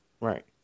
Right